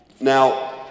Now